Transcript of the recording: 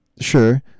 Sure